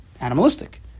animalistic